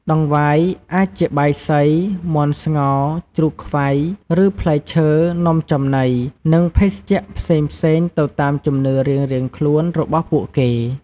តង្វាយអាចជាបាយសី មាន់ស្ងោរ ជ្រូកខ្វៃ ឬផ្លែឈើ នំចំណី និងភេសជ្ជៈផ្សេងៗទៅតាមជំនឿរៀងៗខ្លួនរបស់ពួកគេ។